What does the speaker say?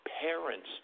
parents